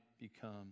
become